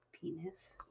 Penis